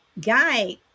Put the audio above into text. guy